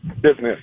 Business